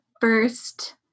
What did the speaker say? first